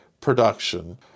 production